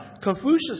Confucius